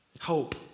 Hope